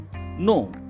no